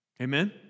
Amen